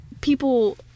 people